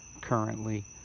currently